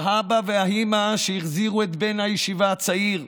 האבא והאימא שהחזירו את בן הישיבה הצעיר,